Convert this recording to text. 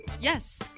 Yes